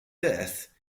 death